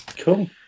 cool